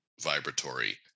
vibratory